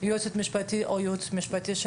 היועצת המשפטית או את הייעוץ המשפטי של